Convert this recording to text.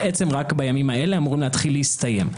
בעצם רק בימים אלו אמורים להתחיל להסתיים.